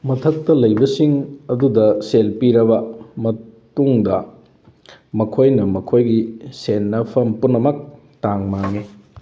ꯃꯊꯛꯇ ꯂꯩꯕꯁꯤꯡ ꯑꯗꯨꯗ ꯁꯦꯜ ꯄꯤꯔꯕ ꯃꯇꯨꯡꯗ ꯃꯈꯣꯏꯅ ꯃꯈꯣꯏꯒꯤ ꯁꯦꯟꯅꯐꯝ ꯄꯨꯝꯅꯃꯛ ꯇꯥꯡ ꯃꯥꯡꯉꯤ